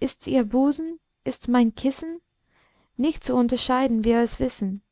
ist's ihr busen ist's mein kissen nicht zu unterscheiden wir es wissen